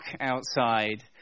outside